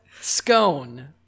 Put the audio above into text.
scone